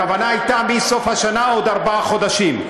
הכוונה הייתה מסוף השנה עוד ארבעה חודשים,